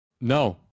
No